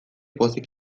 pozik